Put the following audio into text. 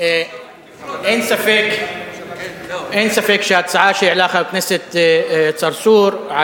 אין ספק שההצעה שהעלה חבר הכנסת צרצור על